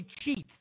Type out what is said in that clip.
cheats